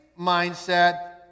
mindset